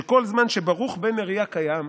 שכל זמן שברוך בן נריה קיים"